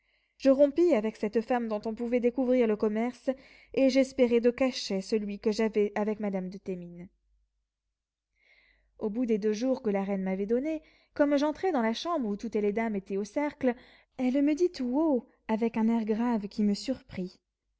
je rompis avec cette femme dont on pouvait découvrir le commerce et j'espérai de cacher celui que j'avais avec madame de thémines au bout des deux jours que la reine m'avait donnés comme j'entrais dans la chambre où toutes les dames étaient au cercle elle me dit tout haut avec un air grave qui me surprit